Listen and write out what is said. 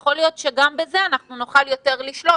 יכול להיות שגם בזה אנחנו נוכל יותר לשלוט,